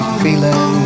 feeling